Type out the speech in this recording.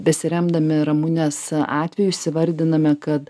besiremdami ramunės atveju įsivardinome kad